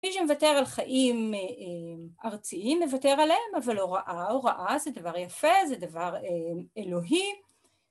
מי שמוותר על חיים ארציים מוותר עליהם, אבל הוראה, הוראה זה דבר יפה, זה דבר אלוהי.